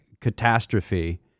catastrophe